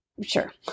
sure